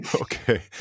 Okay